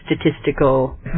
statistical